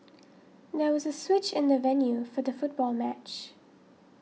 there was a switch in the venue for the football match